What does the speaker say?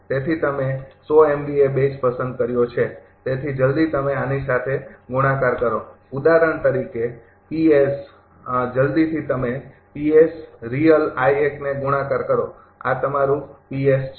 તેથી તમે બેઝ પસંદ કર્યો છે તેથી જલદી તમે આની સાથે ગુણાકાર કરો ઉદાહરણ તરીકે જલ્દીથી તમે ને ગુણાકાર કરો છો આ તમારું છે